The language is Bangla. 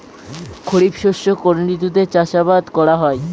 খরিফ শস্য কোন ঋতুতে চাষাবাদ করা হয়?